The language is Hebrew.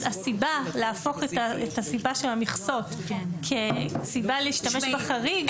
הסיבה להפוך את הסיבה של המכסות כסיבה להשתמש בחריג --- תשמעי,